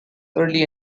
early